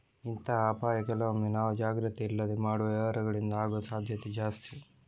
ಇಂತಹ ಅಪಾಯ ಕೆಲವೊಮ್ಮೆ ನಾವು ಜಾಗ್ರತೆ ಇಲ್ಲದೆ ಮಾಡುವ ವ್ಯವಹಾರಗಳಿಂದ ಆಗುವ ಸಾಧ್ಯತೆ ಜಾಸ್ತಿ